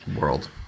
world